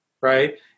right